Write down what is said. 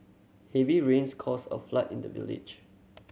heavy rains caused a flood in the village